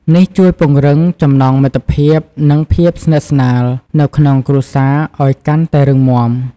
នេះជួយពង្រឹង ចំណងមិត្តភាព និងភាពស្និទ្ធស្នាល នៅក្នុងគ្រួសារឱ្យកាន់តែរឹងមាំ ។